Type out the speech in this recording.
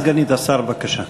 סגנית השר, בבקשה.